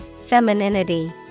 Femininity